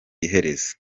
iherezo